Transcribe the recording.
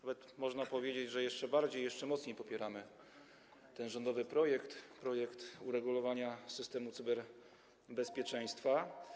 Nawet można powiedzieć, że jeszcze bardziej, jeszcze mocniej popieramy ten rządowy projekt, projekt uregulowania systemu cyberbezpieczeństwa.